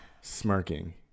smirking